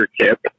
tip